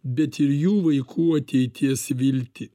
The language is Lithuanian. bet ir jų vaikų ateities viltį